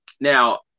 Now